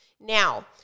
Now